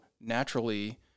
naturally